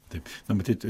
taip na matyt